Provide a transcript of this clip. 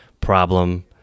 problem